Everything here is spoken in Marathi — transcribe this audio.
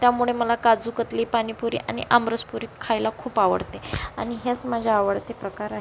त्यामुळे मला काजूकतली पाणीपुरी आणि आमरस पुरी खायला खूप आवडते आणि ह्याच माझ्या आवडते प्रकार आहे